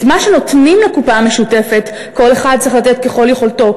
את מה שנותנים לקופה המשותפת כל אחד צריך לתת ככל יכולתו,